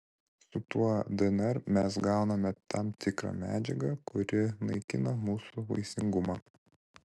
su tuo dnr mes gauname tam tikrą medžiagą kuri naikina mūsų vaisingumą